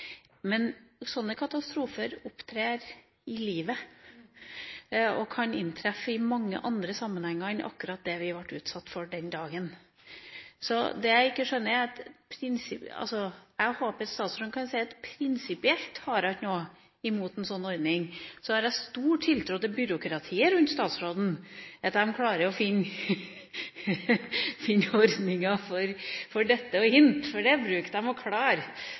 Men sånne katastrofer opptrer i livet og kan inntreffe i mange andre sammenhenger enn akkurat det vi ble utsatt for den dagen. Jeg håper statsråden kan si at prinsipielt har hun ikke noe imot en sånn ordning. Jeg har stor tiltro til byråkratiet rundt statsråden, til at de klarer å finne ordninger for dette og hint, for det bruker de å klare,